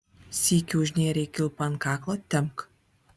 sykį užnėrei kilpą ant kaklo tempk